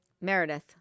Meredith